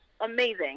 amazing